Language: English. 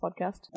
podcast